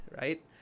right